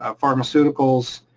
ah pharmaceuticals,